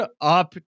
up